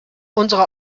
unsere